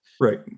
right